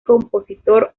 compositor